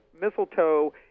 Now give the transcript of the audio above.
mistletoe